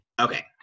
Okay